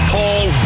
Paul